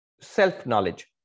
self-knowledge